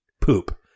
Poop